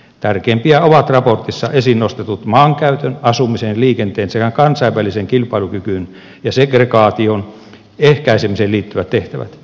tärkeimpiä ovat raportissa esiin nostetut maankäytön asumisen ja liikenteen sekä kansainväliseen kilpailukykyyn ja segregaation ehkäisemiseen liittyvät tehtävät